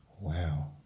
Wow